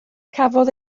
cafodd